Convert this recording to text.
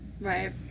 Right